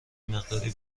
مقداری